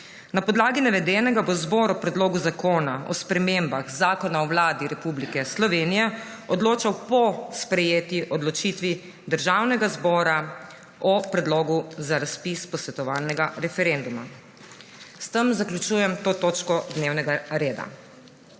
Na podlagi navedenega bo zbor o Predlogu zakona o spremembah Zakona o Vladi Republike Slovenije odločal po sprejeti odločitvi Državnega zbora o predlogu za razpis posvetovalnega referenduma. S tem zaključujem to točko dnevnega reda.